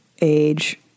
age